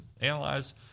analyze